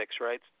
right